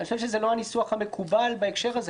אני חושב שזה לא הניסוח המקובל בהקשר הזה.